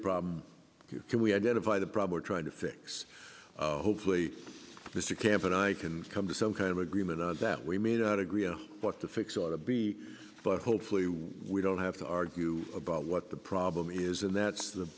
problem can we identify the problem trying to fix hopefully mr camp and i can come to some kind of agreement on that we may not agree on what the fix ought to be but hopefully we don't have to argue about what the problem is and that's the